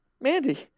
Mandy